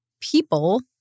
people